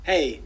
Hey